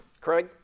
Craig